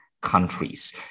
Countries